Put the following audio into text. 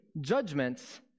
judgments